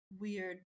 weird